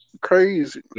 crazy